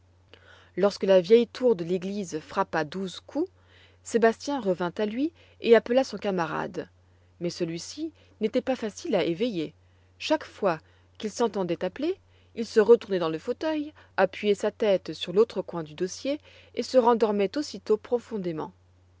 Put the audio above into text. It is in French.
lorsque la vieille tour de l'église frappa douze coups sébastien revint à lui et appela son camarade mais celui-ci n'était pas facile à éveiller chaque fois qu'il s'entendait appeler il se retournait dans le fauteuil appuyait sa tête sur l'autre coin du dossier et se rendormait aussitôt profondément